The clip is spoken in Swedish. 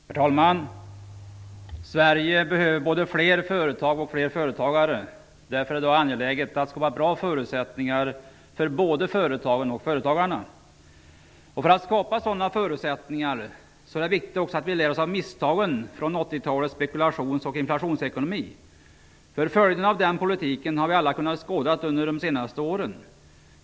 Herr talman! Sverige behöver både fler företag och fler företagare. Därför är det angeläget att skapa bra förutsättningar för både företagen och företagarna. För att skapa sådana förutsättningar är det viktigt att vi lär oss av misstagen från 1980-talets spekulations och inflationsekonomi. Följderna av denna politik har vi alla kunnat skåda under de senaste åren.